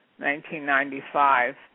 1995